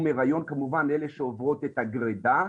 היריון כמובן אלו שעוברות את הגרידה,